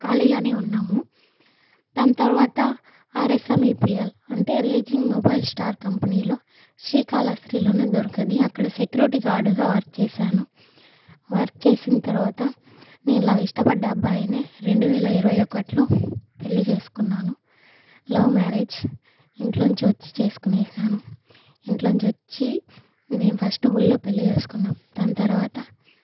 ఖాళీగానే ఉన్నాము దాని తర్వాత ఆర్ఎస్ఎంఈపిఎల్ అంటే రేంజింగ్ మొబైల్ స్టార్ కంపెనీలో శ్రీకాళహస్తిలోనే దొరికింది అక్కడ సెక్యూరిటీ గార్డ్గా వర్క్ చేశాను వర్క్ చేసిన తర్వాత నేను లవ్ ఇష్టపడ్డ అబ్బాయిని రెండు వేల ఇరవై ఒకటిలో పెళ్లి చేసుకున్నాను లవ్ మ్యారేజ్ ఇంట్లో నుంచి వచ్చి చేసుకునేసాను ఇంట్లో నుంచి వచ్చి మేము ఫస్ట్ గుళ్లో పెళ్లి చేసుకున్నాం దాని తర్వాత